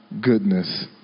goodness